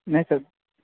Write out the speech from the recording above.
नहि सर